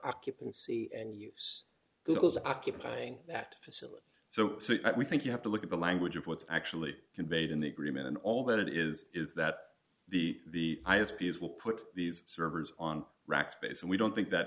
occupancy and use those occupying that facility so we think you have to look at the language of what's actually conveyed in the agreement and all that it is is that the highest fees will put these servers on rackspace and we don't think that